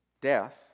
death